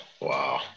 wow